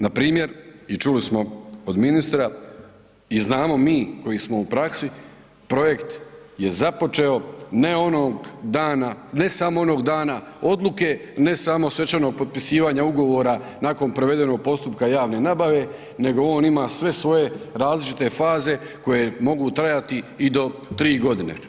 Npr. i čuli smo od ministra i znamo mi koji smo u praksi, projekt je započeo, ne onog dana, ne samo onog dana odluke, ne samo svečanog potpisivanja ugovora nakon provedenog postupka javne nabave nego on ima sve svoje različite faze koje mogu trajati i do 3 godine.